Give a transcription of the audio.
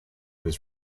was